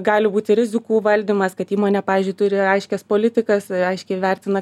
gali būti rizikų valdymas kad įmonė pavyzdžiui turi aiškias politikas aiškiai vertina